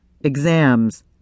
exams